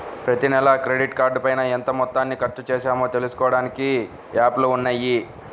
ప్రతినెలా క్రెడిట్ కార్డుపైన ఎంత మొత్తాన్ని ఖర్చుచేశామో తెలుసుకోడానికి యాప్లు ఉన్నయ్యి